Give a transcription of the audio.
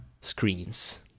screens